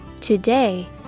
Today